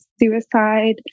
Suicide